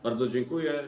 Bardzo dziękuję.